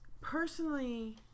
Personally